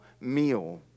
meal